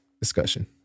discussion